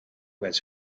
was